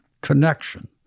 connection